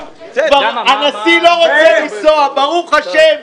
--- הנשיא לא רוצה לנסוע, ברוך השם,